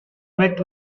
met